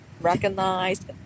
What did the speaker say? recognized